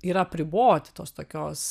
yra apriboti tos tokios